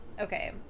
Okay